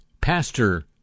Pastor